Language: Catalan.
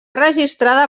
registrada